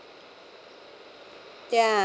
ya